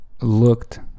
looked